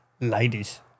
ladies